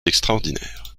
extraordinaire